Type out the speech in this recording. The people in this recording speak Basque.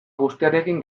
guztiarekin